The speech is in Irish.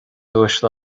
uaisle